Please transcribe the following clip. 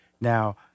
Now